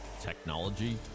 technology